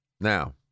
Now